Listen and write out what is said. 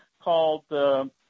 called –